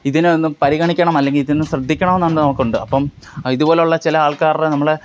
ഇതിനെയൊന്ന് പരിഗണിക്കണം അല്ലെങ്കില് ഇതൊന്ന് ശ്രദ്ധിക്കണമെന്ന് ഒന്ന് നമുക്കുണ്ട് അപ്പോള് ഇതുപോലുള്ള ചില ആൾക്കാരുടെ നമ്മളെ